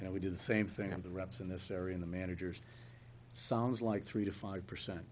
and we do the same thing on the reps in this area in the manager's sounds like three to five percent